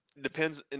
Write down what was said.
depends